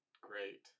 great